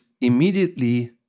immediately